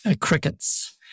crickets